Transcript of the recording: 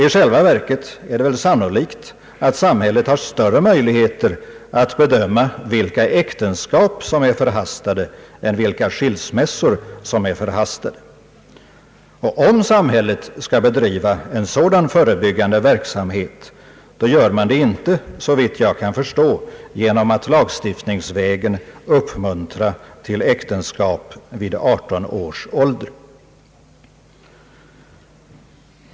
I själva verket är det sannolikt att samhället har större möjligheter att bedöma vilka äktenskap som är förhastade än vilka skilsmässor som är förhastade. Om samhället skall bedriva en sådan förebyggande verksamhet, gör man det inte — såvitt jag kan förstå — genom att lagstiftningsvägen uppmuntra till äktenskap vid 18 års ålder.